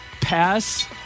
pass